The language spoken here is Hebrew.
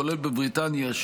כולל בבריטניה,